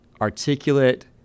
articulate